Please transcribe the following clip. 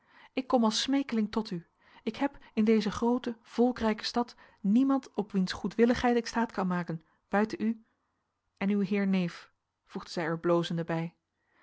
ik kom als smeekeling tot u ik heb in deze groote volkrijke stad niemand op wiens goedwilligheid ik staat kan maken buiten u en uw heer neef voegde zij er blozende bij